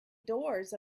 doors